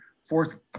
fourth